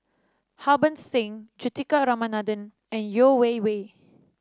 Harbans Singh Juthika Ramanathan and Yeo Wei Wei